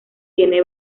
tiene